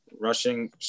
rushing